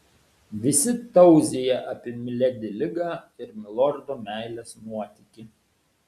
visi tauzija apie miledi ligą ir milordo meilės nuotykį